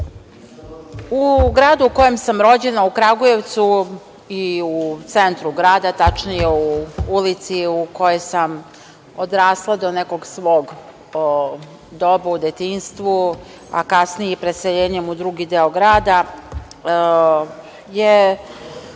gradu u kojem sam rođena, u Kragujevcu, u centru grada, tačnije u ulici u kojoj sam odrasla do nekog svog doba u detinjstvu, a kasnije i preseljenjem u drugi deo grada, je